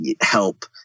help